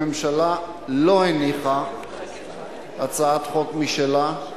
הממשלה לא הניחה הצעת חוק משלה,